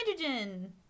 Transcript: hydrogen